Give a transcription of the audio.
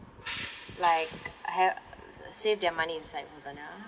like have save their money inside hold on ah